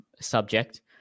subject